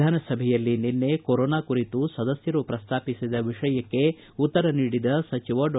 ವಿಧಾನಸಭೆಯಲ್ಲಿ ನಿನ್ನೆ ಕೊರೊನಾ ಕುರಿತು ಸದಸ್ಯರು ಪ್ರಸ್ತಾಪಿಸಿದ ವಿಷಯಕ್ಕೆ ಸಂಬಂಧಿಸಿದಂತೆ ಉತ್ತರ ನೀಡಿದ ಸಚಿವ ಡಾ